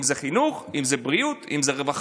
אם זה חינוך, אם זה בריאות, אם זה רווחה.